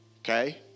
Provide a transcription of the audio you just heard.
Okay